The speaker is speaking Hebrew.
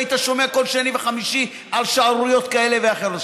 שהיית שומע כל שני וחמישי על שערוריות כאלה ואחרות.